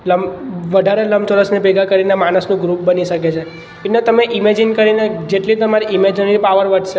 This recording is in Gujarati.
લંબ વધારે લંબચોરસને ભેગા કરીને માણસનું ગ્રુપ બની શકે છે એટલે તમે ઇમેજિન કરીને જેટલી તમારી ઇમેજનરી પાવર વધશે